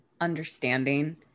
understanding